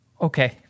Okay